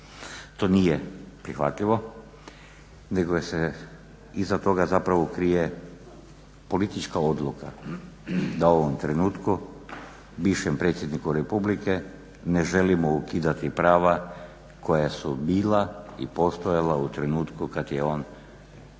To nije prihvatljivo nego se iza toga zapravo krije politička odluka da u ovom trenutku bivšem predsjedniku republike ne želimo ukidati prava koja su bila i postojala u trenutku kad je on prestao